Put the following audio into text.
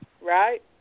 right